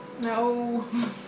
No